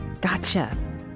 Gotcha